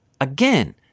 Again